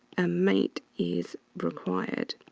a mate is required.